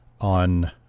on